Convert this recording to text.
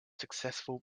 successful